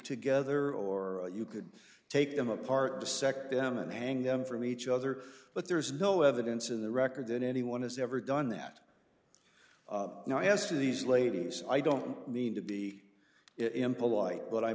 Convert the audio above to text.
together or you could take them apart to sec them and hang them from each other but there's no evidence in the record that anyone has ever done that now as to these ladies i don't mean to be impolite but i